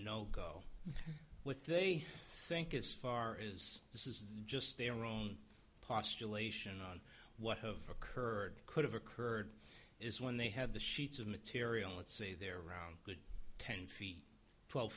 no go with they think is far is this is just their own postulation on what of occurred could have occurred is when they have the sheets of material that say they're around good ten feet twelve